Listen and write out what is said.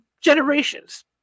generations